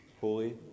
Holy